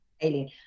alien